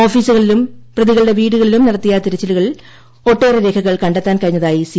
ഓഫീസുകളിലും പ്രതികളുടെ വീടുകളിലും നടത്തിയ തിരച്ചിലുകളിൽ ഒട്ടേറെ രേഖകൾ കണ്ടെത്താൻ കഴിഞ്ഞതായി സി